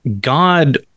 god